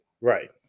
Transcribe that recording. Right